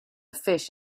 fish